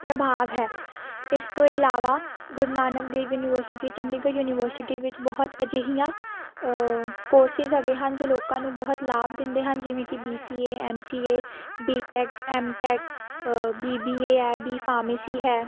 ਪ੍ਰਭਾਵ ਹੈ ਇਸ ਤੋਂ ਇਲਾਵਾ ਗੁਰੂ ਨਾਨਕ ਦੇਵ ਯੂਨੀਵਰਸਿਟੀ ਚੰਡੀਗੜ੍ਹ ਯੂਨੀਵਰਸਿਟੀ ਵਿੱਚ ਬਹੁਤ ਅਜਿਹੀਆਂ ਕੋਰਸਿਸ ਹੈਗੇ ਹਨ ਜੋ ਲੋਕਾਂ ਨੂੰ ਬਹੁਤ ਲਾਭ ਦਿੰਦੇ ਹਨ ਜਿਵੇਂ ਕਿ B C A M C A B tech M tech B B A ਹੈ ਬੀ ਫਾਰਮੇਸੀ ਹੈ